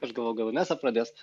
aš galvoju gal inesa pradės